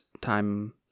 time